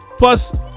Plus